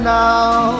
now